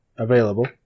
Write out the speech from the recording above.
Available